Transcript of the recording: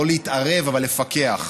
לא להתערב אבל לפקח.